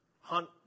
hunt